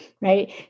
right